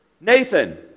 Nathan